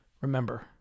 Remember